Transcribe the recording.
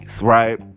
right